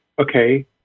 okay